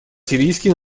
сирийский